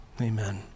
Amen